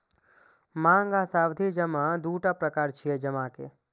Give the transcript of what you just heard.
मांग आ सावधि जमा दूटा प्रकार छियै जमा के